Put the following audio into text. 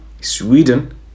sweden